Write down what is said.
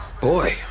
Boy